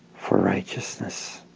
for righteousness